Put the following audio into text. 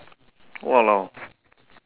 !walao!